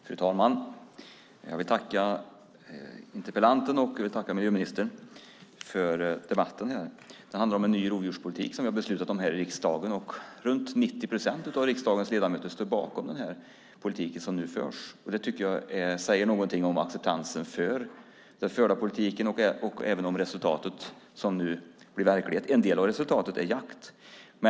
Fru talman! Jag vill tacka interpellanten och miljöministern för debatten. Det handlar om en ny rovdjurspolitik som vi har beslutat om här i riksdagen. Runt 90 procent av riksdagens ledamöter står bakom den politik som nu förs. Det tycker jag säger något om acceptansen för den förda politiken som nu blir verklighet. En del av resultatet är jakt.